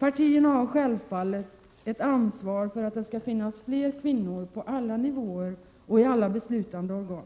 Partierna har självfallet ett ansvar för att det skall finnas fler kvinnor på alla nivåer och i alla beslutande organ.